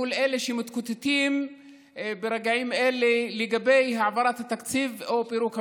מול אלה שמתקוטטים ברגעים אלה לגבי העברת התקציב או פירוק הממשלה.